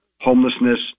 homelessness